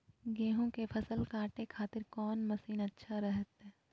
गेहूं के फसल काटे खातिर कौन मसीन अच्छा रहतय?